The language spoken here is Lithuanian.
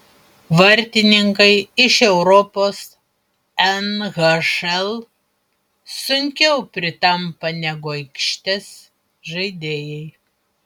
vartininkai iš europos nhl sunkiau pritampa negu aikštės žaidėjai